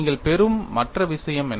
நீங்கள் பெறும் மற்ற விஷயம் என்ன